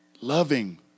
loving